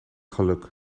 geluk